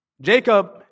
Jacob